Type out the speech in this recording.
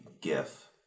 GIF